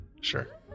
Sure